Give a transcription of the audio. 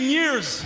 years